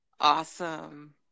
awesome